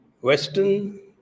Western